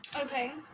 Okay